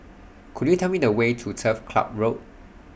Could YOU Tell Me The Way to Turf Club Road